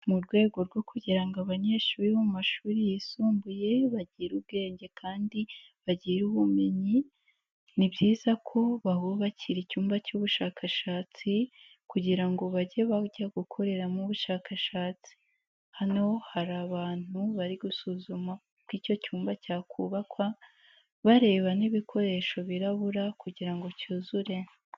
Mu rwego rwo kugira ngo abanyeshuri bo mu mashuri yisumbuye bagire ubwenge kandi bagire ubumenyi ni byiza ko bahubakira icyumba cy'ubushakashatsi kugira ngo bage bajya gukoreramo ubushakashatsi, hano hari abantu bari gusuzuma uko icyo cyumba cyakubakwa bareba n'ibikoresho birabura kugira ngo cyuzure.